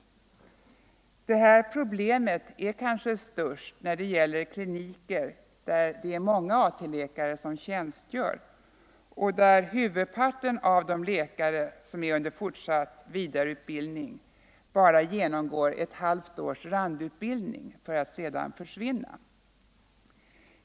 Det här problemet är kanske störst när det gäller kliniker där många AT-läkare tjänstgör och där huvudparten av de läkare som är under fortsatt vidareutbildning bara genomgår ett halvt års randutbildning för att sedan försvinna.